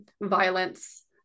violence